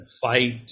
fight